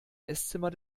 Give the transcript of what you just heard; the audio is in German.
esszimmer